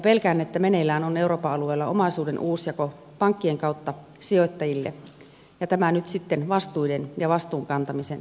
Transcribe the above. pelkään että meneillään on euroopan alueella omaisuuden uusjako pankkien kautta sijoittajille ja tämä nyt sitten vastuiden ja vastuun kantamisen nimissä